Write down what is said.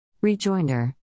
Rejoinder